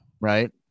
Right